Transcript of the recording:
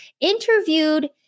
interviewed